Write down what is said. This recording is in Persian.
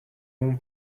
اون